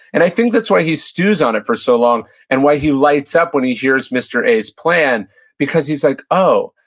and i think that's why he stews on it for so long and why he lights up when he hears mr. a's plan because he's like, oh,